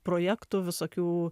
projektų visokių